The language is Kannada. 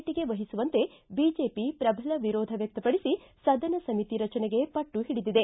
ಟಿ ಗೆ ವಹಿಸುವುದಕ್ಕೆ ಬಿಜೆಪಿ ಶ್ರಬಲ ವಿರೋಧ ವ್ಯಕ್ತಪಡಿಸಿ ಸದನ ಸಮಿತಿ ರಚನೆಗೆ ಪಟ್ಟು ಹಿಡಿದಿದೆ